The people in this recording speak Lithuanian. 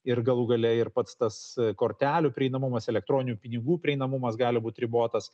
ir galų gale ir pats tas kortelių prieinamumas elektroninių pinigų prieinamumas gali būt ribotas